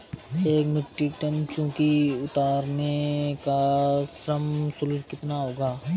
एक metric ton चीकू उतारने का श्रम शुल्क कितना होगा?